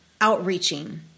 outreaching